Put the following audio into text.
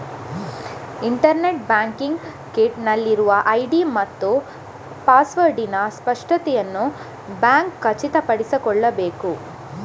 internet banking kit ನಲ್ಲಿರುವ ID ಮತ್ತು ಪಾಸ್ವರ್ಡಿನ ಸ್ಪಷ್ಟತೆಯನ್ನು ಬ್ಯಾಂಕ್ ಖಚಿತಪಡಿಸಿಕೊಳ್ಳಬೇಕು